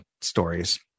stories